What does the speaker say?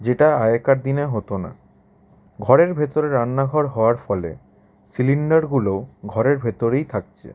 যেটা আগেকার দিনে হতো না ঘরের ভেতরে রান্নাঘর হওয়ার ফলে সিলিন্ডারগুলো ঘরের ভেতরেই থাকছে